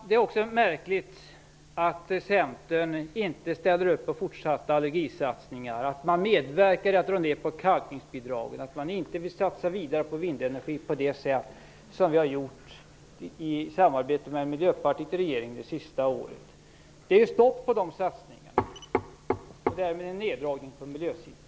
Det är också märkligt att Centern inte ställer upp på fortsatta allergisatsningar, att man medverkar till en neddragning av kalkningsbidraget och att man inte vill satsa vidare på vindenergi på det sätt som regeringen och Miljöpartiet har samarbetat om det senaste året. Det blir stopp på de satsningarna. Därmed blir det en neddragning på miljösidan.